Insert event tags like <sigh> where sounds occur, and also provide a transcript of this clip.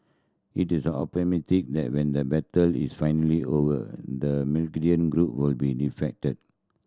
he is optimistic that when the battle is finally over the <unintelligible> group will be defeated